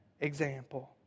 example